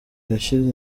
yashyize